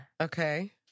Okay